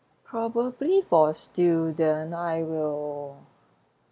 probably for student I will